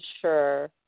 sure